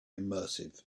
immersive